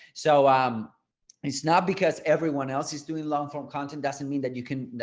so um it's not because everyone else is doing long form content doesn't mean that you can,